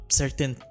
certain